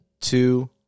two